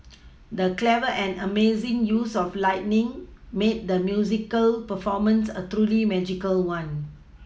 the clever and amazing use of lighting made the musical performance a truly magical one